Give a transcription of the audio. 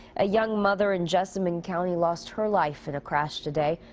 a young mother in jessamine county lost her life in a crash today.